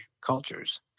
cultures